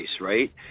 right